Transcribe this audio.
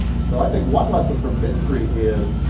so, i think, one lesson from history is,